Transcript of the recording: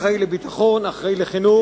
אחראי לביטחון, אחראי לחינוך,